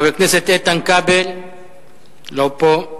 איתן כבל, לא פה.